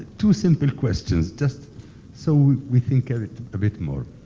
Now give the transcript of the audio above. two simple questions, just so we think a bit more.